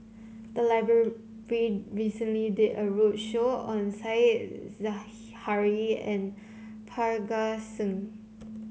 the library recently did a roadshow on Said Zahari and Parga Singh